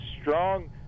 strong